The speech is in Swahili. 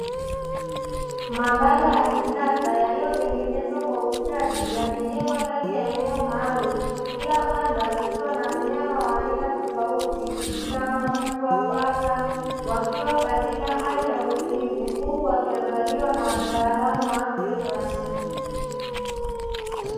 Mabanda ya kisasa yaliyotengenezwa kwa ustadi yamejengwa ndani ya eneo maalumu, Kila banda likiwa na mnyama wa aina tofauti kama mbwa, paka wakiwa katika hali ya utulivu huku wakiangaliwa na wataalamu wa afya za wanayama.